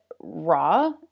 raw